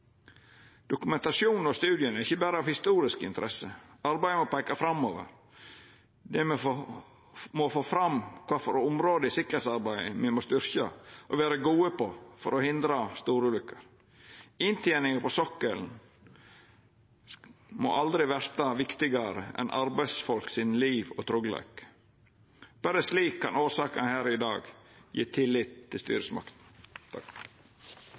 Dokumentasjonen og studien er ikkje berre av historisk interesse. Arbeidet må peika framover. Me må få fram kva for område i sikkerheitsarbeidet me må styrkja og vera gode på for å hindra store ulukker. Innteninga på sokkelen må aldri verta viktigare enn livet og tryggleiken til arbeidsfolk. Berre slik kan orsakinga her i dag gje tillit til